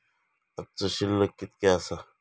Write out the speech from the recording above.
आजचो शिल्लक कीतक्या आसा?